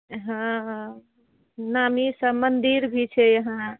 हँ नामी सब मंदिर भी छै यहाँ